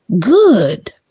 good